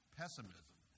pessimism